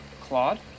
Claude